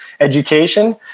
education